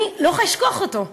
ואני לא יכולה לשכוח אותו.